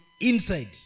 inside